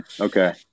Okay